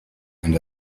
and